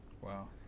wow